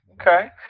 Okay